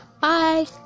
bye